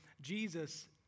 Jesus